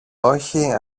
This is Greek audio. όχι